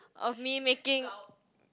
of me making